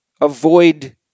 avoid